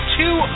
two